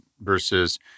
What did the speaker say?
versus